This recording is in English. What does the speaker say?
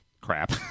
crap